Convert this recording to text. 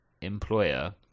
employer